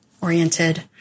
oriented